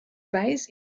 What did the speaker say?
base